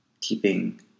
Keeping